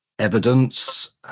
evidence